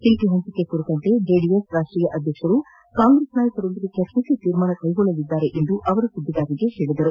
seat ಹಂಚಿಕೆ ಕುರಿತಂತೆ JDS ರಾಷ್ಷೀಯ ಅಧ್ಯಕ್ಷರು ಕಾಂಗ್ರೆಸ್ ನಾಯಕರೊಂದಿಗೆ ಚರ್ಚಿಸಿ ತೀರ್ಮಾನ ಕೈಗೊಳ್ಳಲಿದ್ದಾರೆ ಎಂದು ಅವರು ಸುದ್ದಿಗಾರರಿಗೆ ತಿಳಿಸಿದ್ದಾರೆ